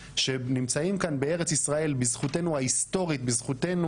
שנמצאים כאן בארץ ישראל בזכות התורה שלנו